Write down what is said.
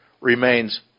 remains